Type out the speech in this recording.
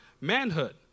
manhood